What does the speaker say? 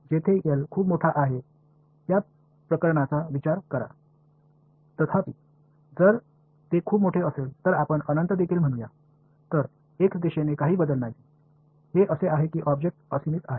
जेथे एल खूप मोठा आहे त्या प्रकरणाचा विचार करा तथापि जर ते खूप मोठे असेल तर आपण अनंत देखील म्हणूया तर x दिशेने काही बदल नाही हे असे आहे की ऑब्जेक्ट असीम आहे